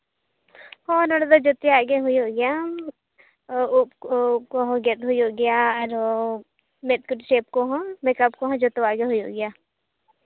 ᱦᱮᱸ ᱱᱚᱸᱰᱮ ᱫᱚ ᱡᱚᱛᱚᱣᱟᱜ ᱜᱮ ᱦᱩᱭᱩᱜ ᱜᱮᱭᱟ ᱩᱵ ᱠᱚᱦᱚᱸ ᱜᱮᱫ ᱦᱩᱭᱩᱜ ᱜᱮᱭᱟ ᱟᱨᱦᱚᱸ ᱢᱮᱫ ᱠᱩᱴᱤ ᱥᱮᱹᱵᱷ ᱠᱚᱦᱚᱸ ᱢᱮᱠᱟᱯ ᱠᱚᱦᱚᱸ ᱡᱚᱛᱚᱣᱟᱜ ᱜᱮ ᱦᱩᱭᱩᱜᱼᱟ